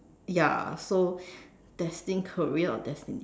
ya so destined career or destiny